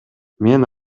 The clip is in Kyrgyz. мен